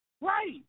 Right